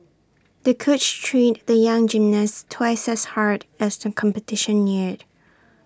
the coach trained the young gymnast twice as hard as the competition neared